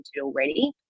already